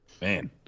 Man